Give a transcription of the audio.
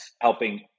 helping